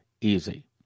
easy